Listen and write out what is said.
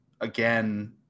again